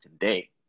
today